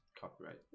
copyright